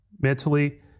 mentally